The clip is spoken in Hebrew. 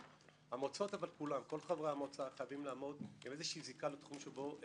אנשים צריכים לעמוד בתנאים צריכים להיות עם זיקה לתחום,